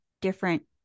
different